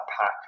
pack